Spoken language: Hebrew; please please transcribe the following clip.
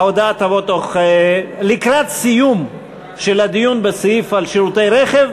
ההודעה תבוא לקראת סיום הדיון בסעיף של הצעת חוק רישוי שירותים לרכב,